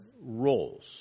roles